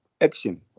action